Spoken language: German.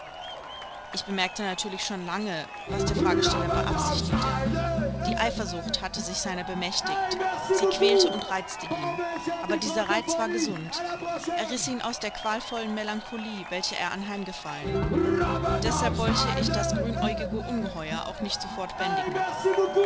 ich bemerkte natürlich schon lange was der fragesteller beabsichtigte die eifersucht hatte sich seiner bemächtigt sie quälte und reizte ihn aber dieser reiz war gesund er riß ihn aus der qualvollen melancholie welcher er anheimgefallen deshalb wollte ich das grünäugige ungeheuer auch nicht sofort bändigen